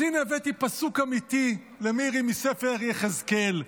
אז, הינה, הבאתי פסוק אמיתי למירי מספר יחזקאל: